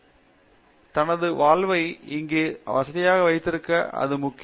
பேராசிரியர் சத்யநாராயணன் என் கும்மாடி தனது வாழ்வை இங்கே வசதியாக வைத்திருக்க அது முக்கியம்